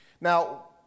Now